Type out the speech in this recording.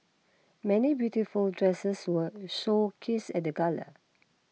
many beautiful dresses were showcased at the gala